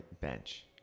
bench